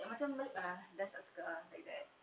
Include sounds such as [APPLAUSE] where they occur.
macam baru [NOISE] ah dah tak suka like that